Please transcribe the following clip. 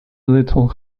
little